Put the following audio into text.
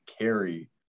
carry